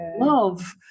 love